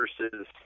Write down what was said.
versus